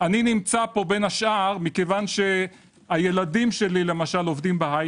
אני פה בין השאר כי ילדיי כולם עובדים בהייטק.